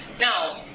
Now